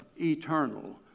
eternal